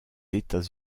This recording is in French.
états